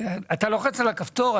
אתה לוקח על הכפתור,